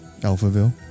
Alphaville